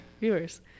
Viewers